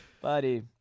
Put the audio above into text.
Buddy